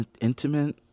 intimate